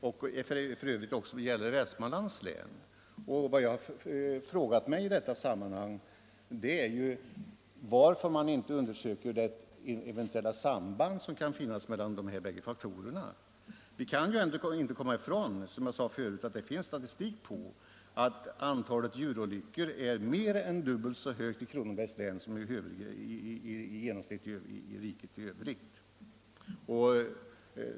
F. ö. gäller detta också Västmanlands län. Och jag har i detta sammanhang frågat mig varför man inte undersöker det eventuella samband som kan finnas mellan de här båda faktorerna. Vi kan ju ändå inte komma ifrån, som jag sade förut, att det finns statistik på att antalet djurolyckor är mer än dubbelt så stort i Kronobergs län som i genomsnitt för riket i övrigt.